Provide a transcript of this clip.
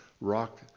rock